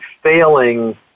failing